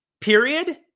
period